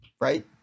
Right